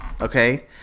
okay